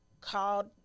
called